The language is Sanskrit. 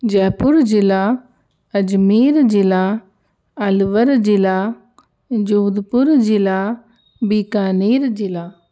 जयपुर्जिला अजमेर्जिला अल्वर्जिला जोधपुरजिला बीकानेरजिला